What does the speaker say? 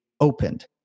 opened